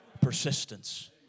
persistence